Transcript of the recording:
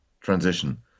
transition